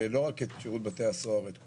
לא רק את שירות בתי הסוהר אלא את כולנו.